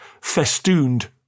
festooned